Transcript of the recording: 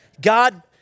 God